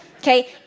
Okay